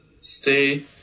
stay